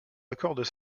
accordent